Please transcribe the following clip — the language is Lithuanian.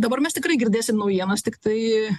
dabar mes tikrai girdėsim naujienas tiktai